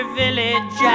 village